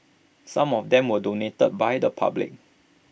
some of them were donated by the public